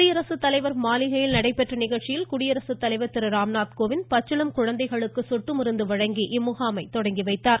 குடியரசுத்தலைவர் மாளிகையில் நடைபெற்ற நிகழ்ச்சியில் குடியரசு தலைவர் திருராம்நாத் கோவிந்த் பச்சிளம் குழந்தைகளுக்கு சொட்டு மருந்து வழங்கி இம்முகாமை தொடங்கி வைத்தார்